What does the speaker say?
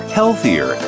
healthier